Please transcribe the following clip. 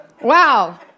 Wow